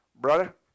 Brother